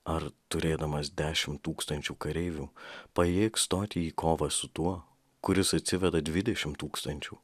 ar turėdamas dešim tūkstančių kareivių pajėgs stoti į kovą su tuo kuris atsiveda dvidešim tūkstančių